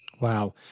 Wow